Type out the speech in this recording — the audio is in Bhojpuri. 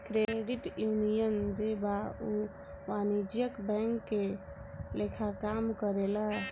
क्रेडिट यूनियन जे बा उ वाणिज्यिक बैंक के लेखा काम करेला